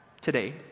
today